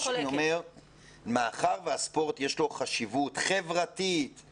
מאחר שלספורט יש חשיבות חברתית שהיא